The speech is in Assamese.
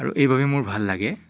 আৰু এইবাবে মোৰ ভাল লাগে